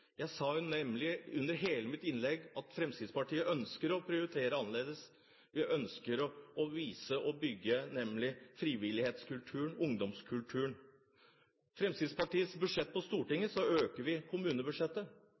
Jeg sa nemlig under hele innlegget at Fremskrittspartiet ønsker å prioritere annerledes. Vi ønsker å bygge frivillighetskulturen og ungdomskulturen. I vårt alternative budsjett i Stortinget øker vi kommunebudsjettet.